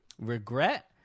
regret